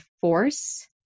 force